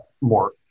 more